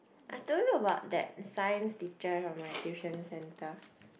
I told you about that science teacher on my tuition center